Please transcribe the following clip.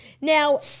Now